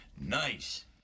Nice